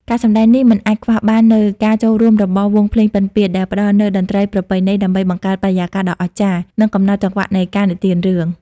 ការសម្តែងនេះមិនអាចខ្វះបាននូវការចូលរួមរបស់ វង់ភ្លេងពិណពាទ្យ ដែលផ្តល់នូវតន្ត្រីប្រពៃណីដើម្បីបង្កើតបរិយាកាសដ៏អស្ចារ្យ និងកំណត់ចង្វាក់នៃការនិទានរឿង។